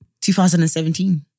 2017